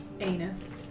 Anus